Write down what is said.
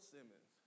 Simmons